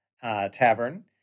Tavern